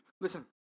listen